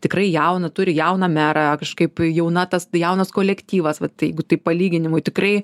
tikrai jauną turi jauną merą kažkaip jauna tas jaunas kolektyvas vat jeigu taip palyginimui tikrai